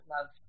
love